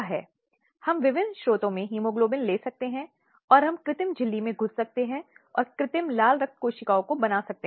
अब अगर हम भारतीय परिप्रेक्ष्य में लैंगिक हिंसा को देखते हैं तो हम एक ऐसी स्थिति में आते हैं जहाँ कई प्रथाएँ हैं जो समाज में विद्यमान हैं